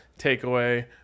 takeaway